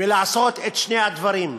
בלעשות את שני הדברים,